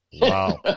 Wow